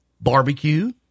Barbecue